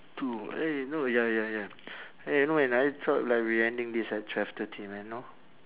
two eh no ya ya ya eh you know and I thought like we ending this at twelve thirty man know